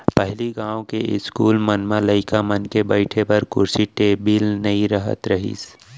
पहिली गॉंव के इस्कूल मन म लइका मन के बइठे बर कुरसी टेबिल नइ रहत रहिस